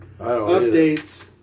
updates